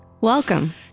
Welcome